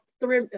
three